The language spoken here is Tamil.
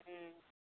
ம்